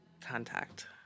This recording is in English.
contact